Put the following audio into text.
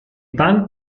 bank